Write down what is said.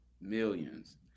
Millions